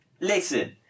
listen